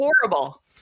horrible